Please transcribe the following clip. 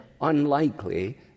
unlikely